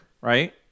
right